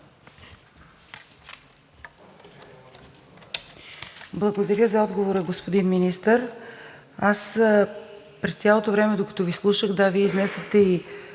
Благодаря за отговора, господин Министър. Аз през цялото време докато Ви слушах, Вие изнесохте и